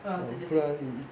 ah 对对对